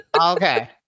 Okay